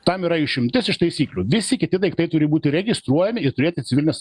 tam yra išimtis iš taisyklių visi kiti daiktai turi būti registruojami ir turėti civilinės